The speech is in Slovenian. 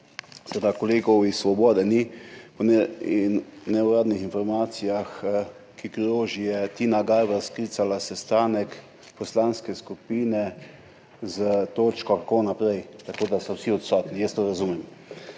Seveda kolegov iz Svobode ni. Po neuradnih informacijah, ki kroži, je Tina Gaber sklicala sestanek poslanske skupine s točko kako naprej. Tako da so vsi odsotni, jaz to razumem.